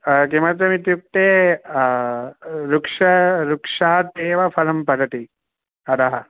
किमर्थमित्युक्ते वृक्ष वृक्षात् एव फलं पतति अधः